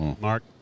Mark